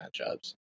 matchups